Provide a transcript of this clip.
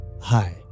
Hi